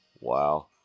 Wow